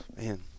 Man